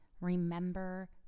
remember